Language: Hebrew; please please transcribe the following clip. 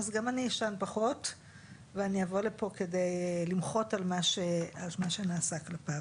אז גם אני אשן פחות ואני אבוא לפה כדי למחות על מה שנעשה כלפיו.